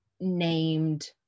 named